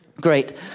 Great